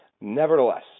nevertheless